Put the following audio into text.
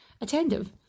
attentive